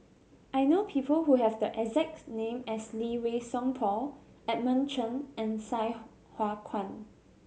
I know people who have the exact name as Lee Wei Song Paul Edmund Chen and Sai Hua Kuan